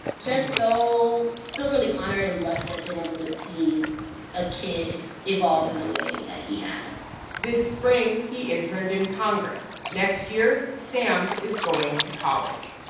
just so feel really honored and blessed to have been able to see a kid evolve in the way that he has this spring, he interned in congress. next year, sam is going to college.